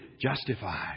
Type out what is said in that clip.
justified